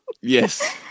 Yes